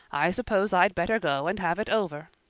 i suppose i'd better go and have it over.